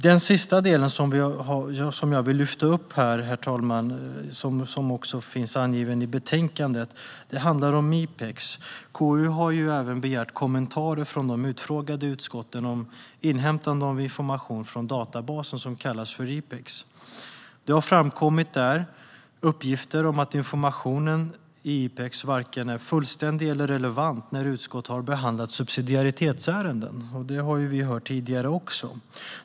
Den sista delen som jag vill lyfta fram här, herr talman, och som också finns angiven i betänkandet handlar om databasen som kallas för IPEX. KU har även begärt kommentarer från de utfrågade utskotten om inhämtande av information från IPEX. Det har där framkommit uppgifter om att informationen i IPEX varken är fullständig eller relevant när utskott har behandlat subsidiaritetsärenden, något som vi också hört tidigare.